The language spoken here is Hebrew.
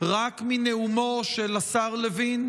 רק מנאומו של השר לוין,